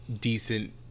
decent